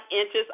inches